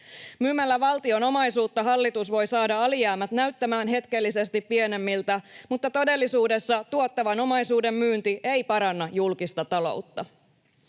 Myymällä valtion omaisuutta hallitus voi saada alijäämät näyttämään hetkellisesti pienemmiltä, mutta todellisuudessa tuottavan omaisuuden myynti ei paranna julkista taloutta.